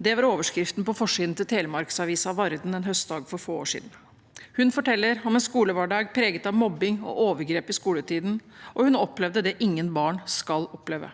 Det var overskriften på forsiden til telemarksavisen Varden en høstdag for få år siden. Hun fortalte om en skolehverdag preget av mobbing og overgrep i skoletiden, og hun opplevde det ingen barn skal oppleve.